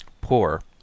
Poor